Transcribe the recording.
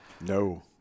No